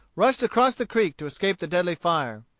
rushed across the creek to escape the deadly fire.